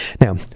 Now